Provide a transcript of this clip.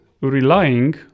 relying